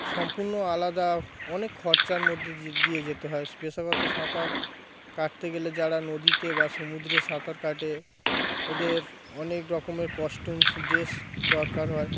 সম্পূর্ণ আলাদা অনেক খরচার মধ্যে যিয়ে দিয়ে যেতে হয় পেশাগত সাঁতার কাটতে গেলে যারা নদীতে বা সমুদ্রে সাঁতার কাটে ওদের অনেক রকমের কস্টিউমস ড্রেস দরকার হয়